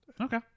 Okay